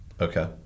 Okay